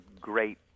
great